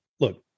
look